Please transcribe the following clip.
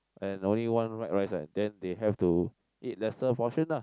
and only want white rice right then they have to eat lesser portion lah